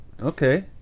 okay